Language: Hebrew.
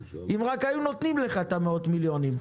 אם רק היו נותנים לך את מאות המיליונים.